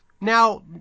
Now